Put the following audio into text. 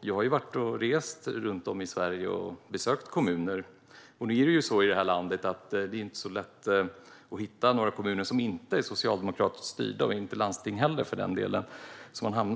Jag har rest runt om i Sverige och besökt kommuner, och i det här landet är det inte så lätt att hitta några kommuner eller landsting som inte är socialdemokratiskt styrda.